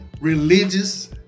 religious